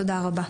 תודה רבה.